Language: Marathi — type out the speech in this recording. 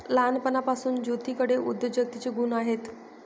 लहानपणापासून ज्योतीकडे उद्योजकतेचे गुण आहेत